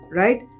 right